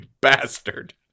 bastard